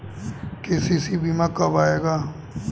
KCC बीमा कब आएगा?